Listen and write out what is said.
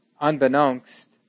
unbeknownst